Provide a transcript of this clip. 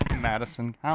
Madison